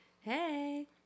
hey